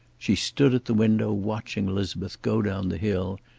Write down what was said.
she stood at the window watching elizabeth go down the hill,